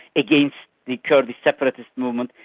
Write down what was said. against the kurdish separatist movement,